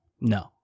No